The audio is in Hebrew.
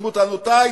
הסתתמו טענותי.